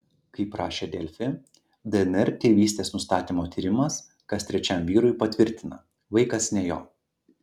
kaip rašė delfi dnr tėvystės nustatymo tyrimas kas trečiam vyrui patvirtina vaikas ne jo